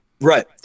Right